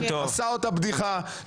עשה אותה בדיחה.